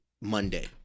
Monday